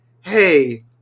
hey